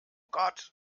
gott